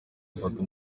mfata